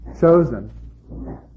chosen